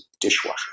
dishwasher